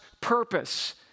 purpose